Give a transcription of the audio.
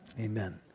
Amen